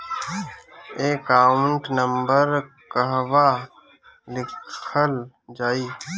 Account number कहवा लिखल जाइ?